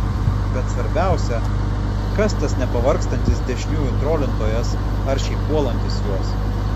bet svarbiausia kas tas nepavargstantis dešiniųjų trolintojas aršiai puolantis juos